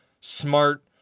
smart